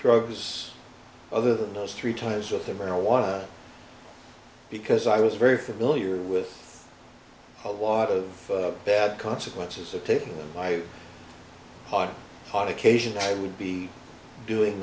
drugs other than those three times with the marijuana because i was very familiar with a lot of bad consequences of taking my heart on occasion i would be doing